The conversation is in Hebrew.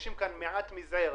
מבקשים כאן מעט מזער,